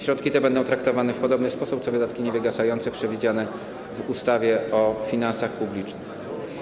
Środki te będą traktowane w podobny sposób jak wydatki niewygasające przewidziane w ustawie o finansach publicznych.